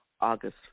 August